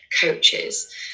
coaches